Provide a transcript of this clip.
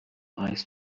eyes